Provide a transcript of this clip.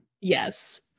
yes